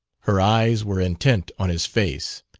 her eyes were intent on his face.